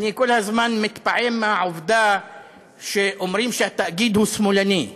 אני כל הזמן מתפעם מהעובדה שאומרים שהתאגיד הוא שמאלני.